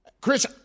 Chris